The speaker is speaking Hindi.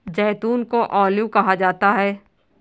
जैतून को ऑलिव कहा जाता है